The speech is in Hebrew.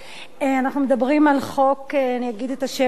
אנחנו מדברים על חוק, אני אגיד את השם המלא: